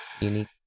Unique